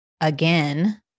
again